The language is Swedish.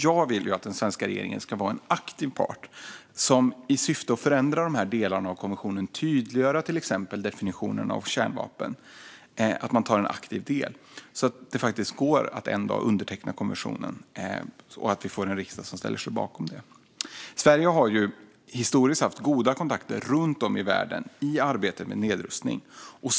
Jag vill att den svenska regeringen ska vara en aktiv part som i syfte att förändra dessa delar av konventionen tydliggör till exempel definitionen av kärnvapen så att det går att en dag underteckna konventionen och vi får en riksdag som ställer sig bakom detta. Sverige har historiskt sett haft goda kontakter runt om i världen i arbetet med nedrustning.